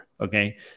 okay